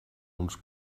uns